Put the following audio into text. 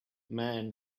men